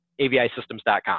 avisystems.com